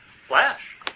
Flash